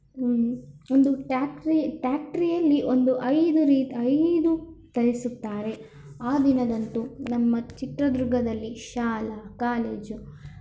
ಒಂದು ಟ್ಯಾಕ್ಟ್ರಿ ಟ್ಯಾಕ್ಟ್ರಿಯಲ್ಲಿ ಒಂದು ಐದು ರೀ ಐದು ತರಿಸುತ್ತಾರೆ ಆ ದಿನದಂದು ನಮ್ಮ ಚಿತ್ರದುರ್ಗದಲ್ಲಿ ಶಾಲಾ ಕಾಲೇಜು